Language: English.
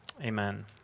Amen